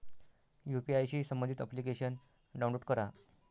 UPI शी संबंधित application download करा